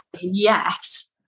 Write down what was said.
yes